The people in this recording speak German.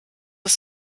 das